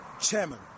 chairman